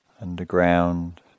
underground